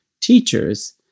teachers